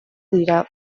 dira